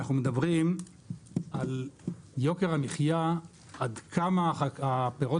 אנחנו מדברים על יוקר המחייה עד כמה הפירות